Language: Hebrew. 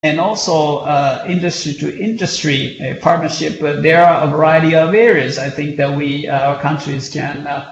וגם תעשייה לתעשייה , שותפות, יש הרבה תחומים, אני חושב שהמדינות יכולות...